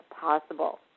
possible